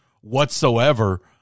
whatsoever